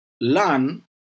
learn